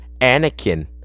Anakin